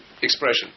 expression